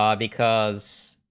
um because